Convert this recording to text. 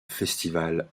festival